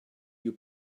you